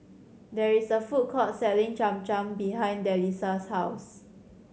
there is a food court selling Cham Cham behind Delisa's house